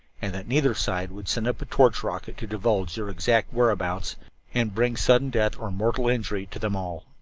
and that neither side would send up a torch rocket to divulge their exact whereabouts and bring sudden death or mortal injury to them all.